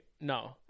No